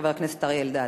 חבר הכנסת אריה אלדד,